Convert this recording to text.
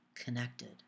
connected